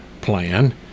plan